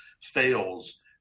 fails